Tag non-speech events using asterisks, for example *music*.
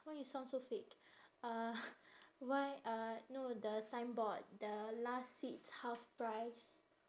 why you sound so fake uh *noise* why uh no the signboard the last seats half price